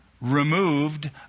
removed